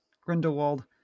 Grindelwald